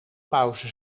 pauze